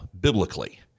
biblically